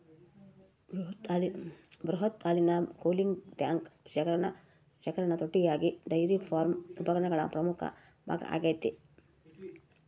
ಬೃಹತ್ ಹಾಲಿನ cooling tank ಶೇಖರಣಾ ತೊಟ್ಟಿಯಾಗಿ ಡೈರಿ ಫಾರ್ಮ್ ಉಪಕರಣಗಳ ಪ್ರಮುಖ ಭಾಗ ಆಗೈತೆ